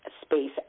space